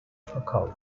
verkauft